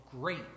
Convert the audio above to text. great